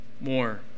more